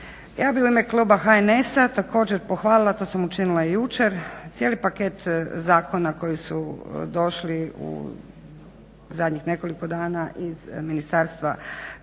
Ja bih u ime kluba HNS-a također pohvalila, to sam učinila i jučer cijeli paket zakona koji su došli u zadnjih nekoliko dana iz Ministarstva